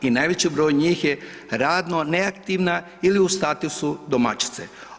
I najveći broj njih je radno neaktivna ili u statusu domaćice.